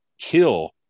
kill